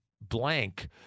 blank